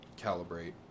calibrate